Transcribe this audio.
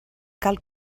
cal